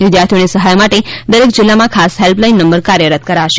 વિદ્યાર્થીઓ ને સહાય માટે દરેક જિલ્લામાં ખાસ હેલ્પ લાઇન નંબર કાર્યરત કરાશે